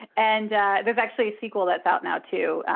and there's actually a sequel that's out now too,